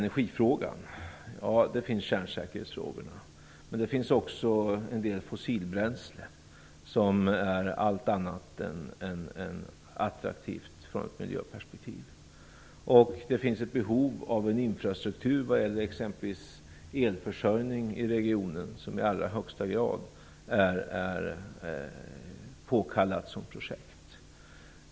Energifrågan rymmer kärnsäkerhetsfrågorna, men också en del frågor om fossilbränsle, som är allt annat än attraktivt i ett miljöperspektiv. Det finns behov av en infrastruktur när det gäller exempelvis elförsörjning i regionen. Detta är i allra högsta grad är påkallat som projekt.